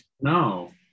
no